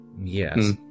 Yes